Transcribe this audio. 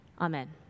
Amen